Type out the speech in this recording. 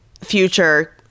future